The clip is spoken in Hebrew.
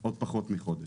כן.